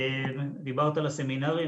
דיברת על הסמינרים,